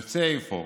יוצא אפוא